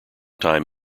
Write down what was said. time